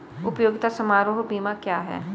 उपयोगिता समारोह बीमा क्या है?